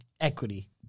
equity